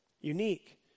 unique